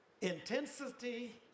intensity